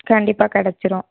கண்டிப்பாக கிடச்சிரும்